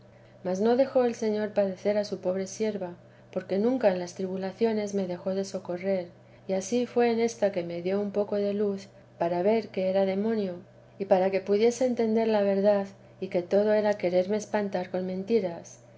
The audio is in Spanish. mas no dejó el señor padecer a su pobre sierva porque nunca en las tribulaciones me dejó de socorrer y ansí fué en ésta que me dio un poco de luz para ver que era demonio y para que pudiese entender la verdad y que todo era quererme espantar con mentiras